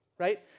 Right